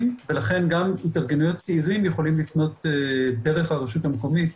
ולכן גם התארגנויות צעירים יכולים לפנות דרך הרשות המקומית